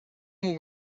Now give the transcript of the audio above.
will